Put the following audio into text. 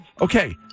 Okay